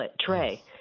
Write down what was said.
tray